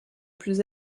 plus